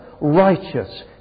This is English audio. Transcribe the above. righteous